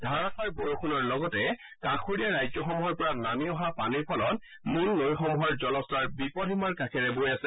ধাৰাষাৰ বৰষণৰ লগতে কাষৰীয়া ৰাজ্যসমূহৰ পৰা নামি অহা পানীৰ ফলত মূল নৈসমূহৰ জলস্তৰ বিপদসীমাৰ কাষেৰে বৈ আছে